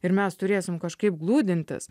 ir mes turėsim kažkaip glūdintis